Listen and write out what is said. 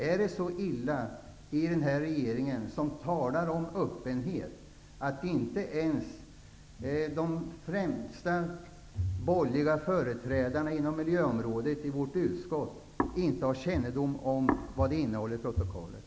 Är det så illa i den här regeringen, som talar om öppenhet, att inte ens de främsta borgerliga företrädarna inom miljöområdet i vårt utskott har kännedom om vad protokollet innehåller?